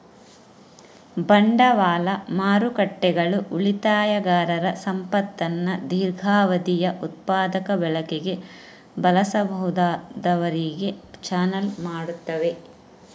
ಬಂಡವಾಳ ಮಾರುಕಟ್ಟೆಗಳು ಉಳಿತಾಯಗಾರರ ಸಂಪತ್ತನ್ನು ದೀರ್ಘಾವಧಿಯ ಉತ್ಪಾದಕ ಬಳಕೆಗೆ ಬಳಸಬಹುದಾದವರಿಗೆ ಚಾನಲ್ ಮಾಡುತ್ತವೆ